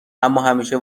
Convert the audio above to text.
اماهمیشه